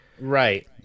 right